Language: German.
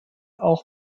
auch